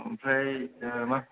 ओमफ्राय दा मा